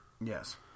Yes